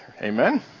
Amen